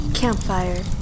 Campfire